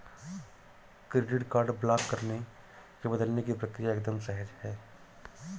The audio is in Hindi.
क्रेडिट कार्ड ब्लॉक करने या बदलने की प्रक्रिया एकदम सहज है